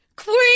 Queen